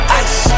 ice